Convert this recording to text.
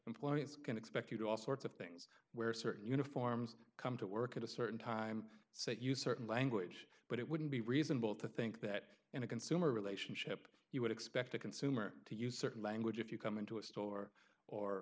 employees can expect you do all sorts of things where certain uniforms come to work at a certain time say use certain language but it wouldn't be reasonable to think that in a consumer relationship you would expect a consumer to use certain language if you come into a store or